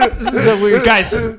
guys